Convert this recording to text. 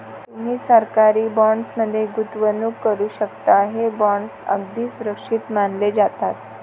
तुम्ही सरकारी बॉण्ड्स मध्ये गुंतवणूक करू शकता, हे बॉण्ड्स अगदी सुरक्षित मानले जातात